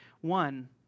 One